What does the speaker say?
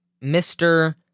Mr